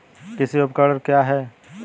कृषि उपकरण क्या है?